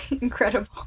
Incredible